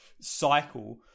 cycle